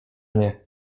nie